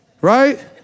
Right